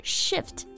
shift